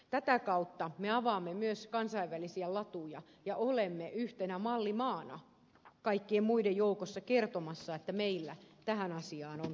tätä kautta me avaamme myös kansainvälisiä latuja ja olemme yhtenä mallimaana kaikkien muiden joukossa kertomassa että meillä tähän asiaan on tartuttu